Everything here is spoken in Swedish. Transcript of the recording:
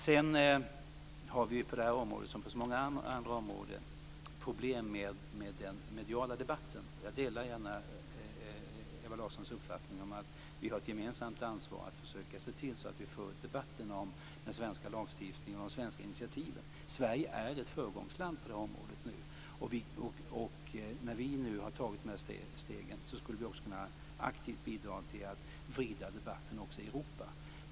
Sedan har vi på det här området, som på så många andra områden, problem med den mediala debatten. Jag delar gärna Ewa Larssons uppfattning att vi har ett gemensamt ansvar att försöka se till att föra ut debatten om den svenska lagstiftningen och de svenska initiativen. Sverige är ett föregångsland på det här området, och när vi nu har tagit de här stegen skulle vi aktivt kunna bidra till att vrida debatten också i Europa.